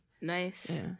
Nice